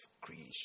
creation